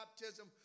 baptism